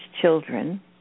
children